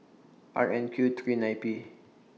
R N Q three nine P